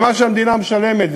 במה שהמדינה משלמת.